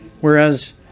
Whereas